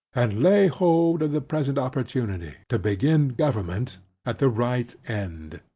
and lay hold of the present opportunity to begin government at the right end.